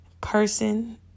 person